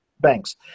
banks